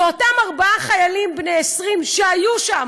לאותם ארבעה חיילים בני 20 שהיו שם,